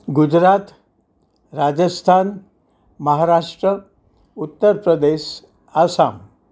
Gujarat Rajasthan Maharashtra Uttar Pradesh Assam